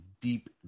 deep